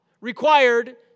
required